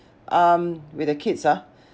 um with the kids ah